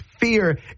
Fear